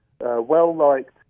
well-liked